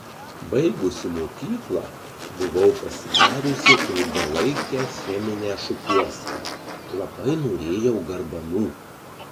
baigusi mokyklą buvau pasidariusi ilgalaikę cheminę šukuoseną labai norėjau garbanų